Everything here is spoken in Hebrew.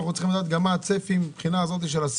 אנחנו צריכים לדעת גם מה הצפי מבחינת הסיורים,